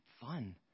fun